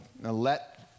let